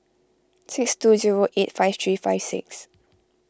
six two zero eight five three five six